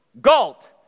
Galt